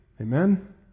Amen